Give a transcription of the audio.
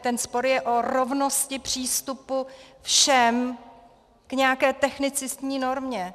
Ten spor je o rovnosti přístupu všem k nějaké technicistní normě.